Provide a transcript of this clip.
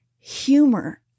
Humor